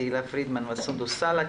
תהלה פרידמן וסונדוס סאלח.